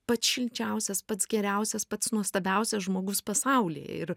pats šilčiausias pats geriausias pats nuostabiausias žmogus pasaulyje ir